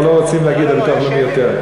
לא רוצים להגיד לביטוח לאומי יותר,